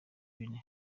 bine